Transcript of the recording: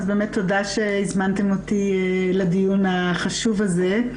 אז באמת תודה שהזמנתם אותי לדיון החשוב הזה.